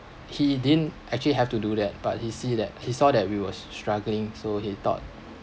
he didn't actually have to do that but he see that he saw that we were s~ struggling so he thought